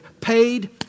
Paid